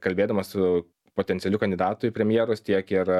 kalbėdamas su potencialiu kandidatu į premjerus tiek ir